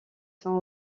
sont